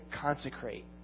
consecrate